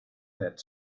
that